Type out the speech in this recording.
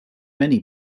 many